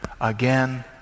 again